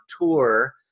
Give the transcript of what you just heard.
tour